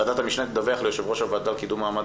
ועדת המשנה תדווח ליושב ראש הוועדה לקידום מעמד